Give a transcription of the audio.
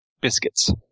biscuits